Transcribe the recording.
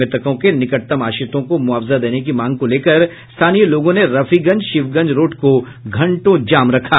मृतकों के निकटतम आश्रितों को मुआवजा देने की मांग को लेकर स्थानीय लोगों ने रफीगंज शिवगंज रोड को घंटों जाम रखा